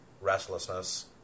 restlessness